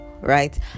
right